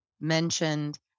mentioned